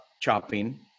chopping